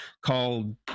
called